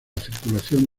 circulación